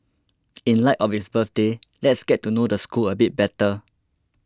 in light of its birthday let's get to know the school a bit better